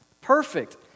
perfect